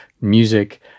music